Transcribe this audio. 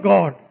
God